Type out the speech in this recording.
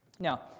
Now